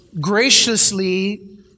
graciously